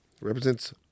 represents